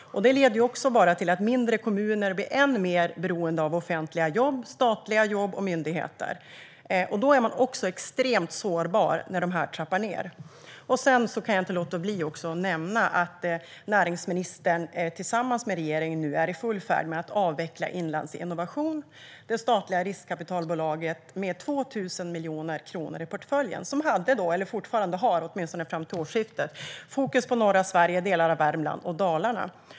Det leder också till att mindre kommuner blir än mer beroende av offentliga jobb, statliga jobb och myndigheter. Då är man också extremt sårbar när dessa trappar ned. Sedan kan jag inte låta bli att nämna att näringsministern tillsammans med regeringen nu är i full färd med att avveckla Inlandsinnovation, det statliga riskkapitalbolaget med 2 000 miljoner kronor i portföljen, som hade eller fortfarande har, åtminstone fram till årsskiftet, fokus på norra Sverige, delar av Värmland och Dalarna.